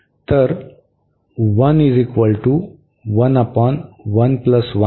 तर याचा अर्थ 1 y 1